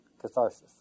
catharsis